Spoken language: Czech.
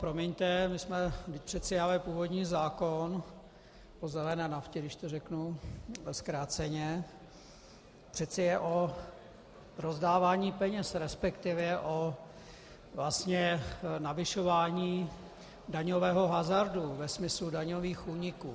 Promiňte, přece ale původní zákon o zelené naftě, když to řeknu zkráceně, přece je o rozdávání peněz, resp. vlastně o navyšování daňového hazardu ve smyslu daňových úniků.